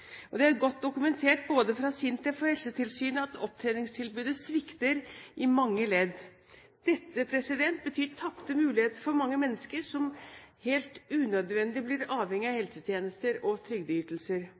videre. Det er godt dokumentert både av SINTEF og Helsetilsynet at opptreningstilbudet svikter i mange ledd. Dette betyr tapte muligheter for mange mennesker som helt unødvendig blir avhengig av